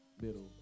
Middle